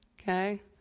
Okay